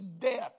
death